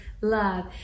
love